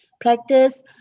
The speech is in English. practice